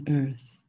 earth